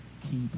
keep